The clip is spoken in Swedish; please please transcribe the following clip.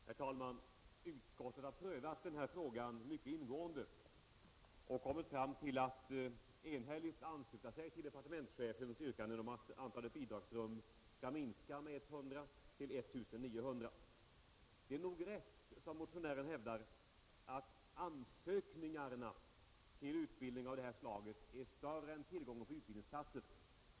Herr talman! Utskottet har prövat denna fråga mycket ingående och kommit fram till att enhälligt ansluta sig till departementschefens yrkande att antalet bidragsrum skall minska med 100 till 1 900. Det är nog rätt som motionären hävdar, att antalet ansökningar till utbildning av det här slaget är större än tillgången på utbildningsplatser.